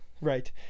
Right